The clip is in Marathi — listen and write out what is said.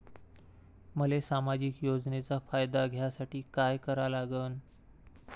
मले सामाजिक योजनेचा फायदा घ्यासाठी काय करा लागन?